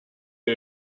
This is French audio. est